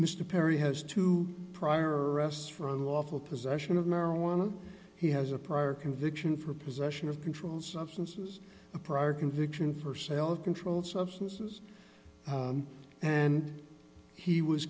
mr perry has two prior arrests for lawful possession of marijuana he has a prior conviction for possession of controlled substances a prior conviction for sale of controlled substances and he was